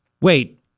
Wait